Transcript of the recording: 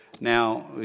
Now